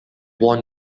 won